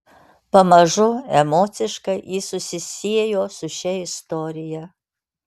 pamažu emociškai ji susisiejo su šia istorija